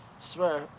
Swear